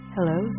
Hello